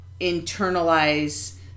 internalize